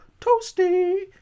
Toasty